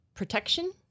protection